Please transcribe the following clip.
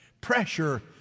Pressure